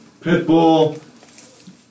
Pitbull